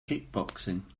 kickboxing